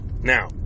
Now